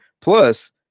plus